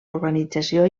urbanització